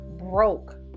broke